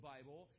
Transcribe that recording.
Bible